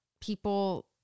people